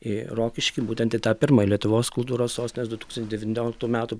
į rokiškį būtent į tą pirmąjį lietuvos kultūros sostinės du tūkstanti devynioliktų metų